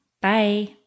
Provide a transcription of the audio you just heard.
Bye